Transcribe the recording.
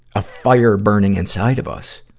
a fire burning inside of us.